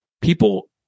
people